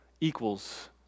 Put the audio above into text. equals